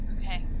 Okay